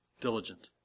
diligent